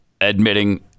admitting